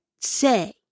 say